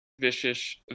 vicious